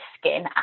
skin